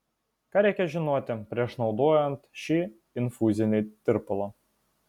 ką reikia žinoti prieš naudojant šį infuzinį tirpalą